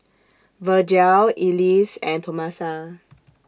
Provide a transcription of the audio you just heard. Virgel Elease and Tomasa